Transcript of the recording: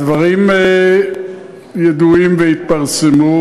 הדברים ידועים והתפרסמו,